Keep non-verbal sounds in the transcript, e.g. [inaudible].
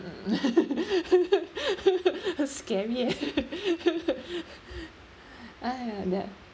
mm [laughs] scary eh [laughs] [breath] !aiya! that